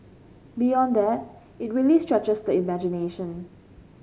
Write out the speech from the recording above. beyond that it really stretches the imagination